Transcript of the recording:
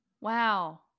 wow